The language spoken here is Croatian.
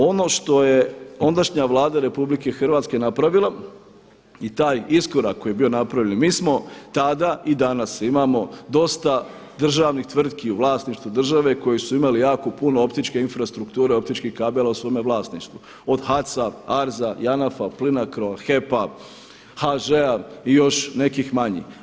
Ono što je ondašnja Vlada RH napravila i taj iskorak koji je bio napravljen mi smo tada i danas imamo dosta državnih tvrtki u vlasništvu države koji su imali jako puno optičke infrastrukture, optičkih kabela u svome vlasništvu od HAC-a, ARZ-a, JANAF-a, PLINACRO-a, HEP-a, HŽ-a i još nekih manjih.